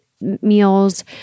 meals